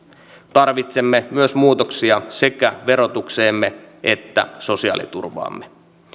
tarvitsemme myös muutoksia sekä verotukseemme että sosiaaliturvaamme